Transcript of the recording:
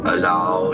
Allow